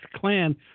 Klan